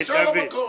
ישר למקור.